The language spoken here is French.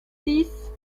six